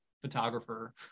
photographer